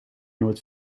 nooit